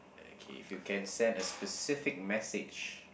okay if you can send a specific message